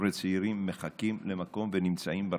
חבר'ה צעירים, מחכים למקום ונמצאים ברחוב.